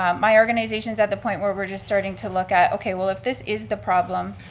um my organization's at the point where we're just starting to look at, okay, well if this is the problem,